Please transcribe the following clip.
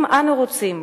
אם אנו רוצים